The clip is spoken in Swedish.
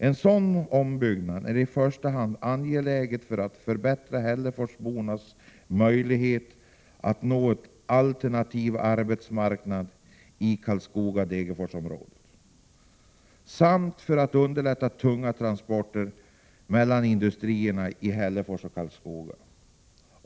En sådan ombyggnad är i första hand angelägen för att förbättra Hälleforsbornas möjligheter att nå en alternativ arbetsmarknad i Karlskoga Degerforsområdet samt för att underlätta tunga transporter mellan industrierna i Hällefors och Karlskoga.